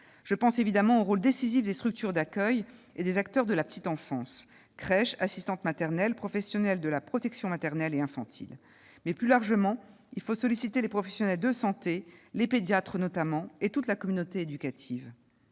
Je pense évidemment au rôle décisif des structures d'accueil et des acteurs de la petite enfance : crèches, assistantes maternelles, professionnels de la protection maternelle et infantile. Mais, plus largement, il faut solliciter les professionnels de santé, notamment les pédiatres, et toute la communauté éducative.